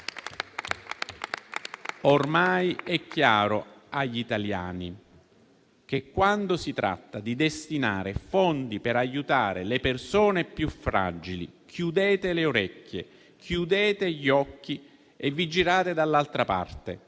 Ormai è chiaro agli italiani che, quando si tratta di destinare fondi per aiutare le persone più fragili, chiudete le orecchie e gli occhi e vi girate dall'altra parte,